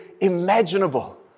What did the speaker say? imaginable